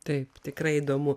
taip tikrai įdomu